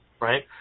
right